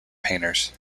painters